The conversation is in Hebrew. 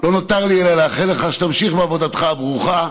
לא נותר לי אלא לאחל לך שתמשיך בעבודתך הברוכה.